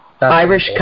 Irish